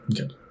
Okay